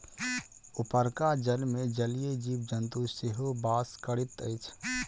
उपरका जलमे जलीय जीव जन्तु सेहो बास करैत अछि